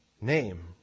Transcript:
name